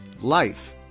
life